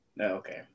Okay